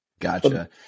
Gotcha